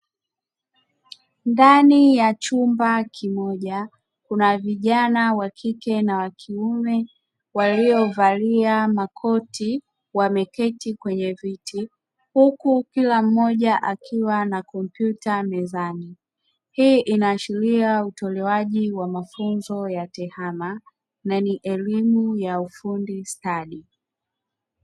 Ndani ya chumba kimoja kuna vijana wa kike na wa kiume waliovalia makoti, wameketi kwenye viti, huku kula mmoja akiwa na kompyuta mezani. Hii inaashiria utolewaji wa mafunzo ya tehama na ni elimu ya ufundi stadi.